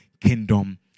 kingdom